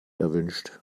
erwünscht